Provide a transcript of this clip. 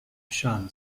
shan